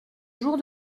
jour